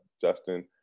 Justin